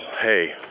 hey